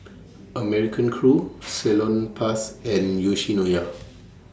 American Crew Salonpas and Yoshinoya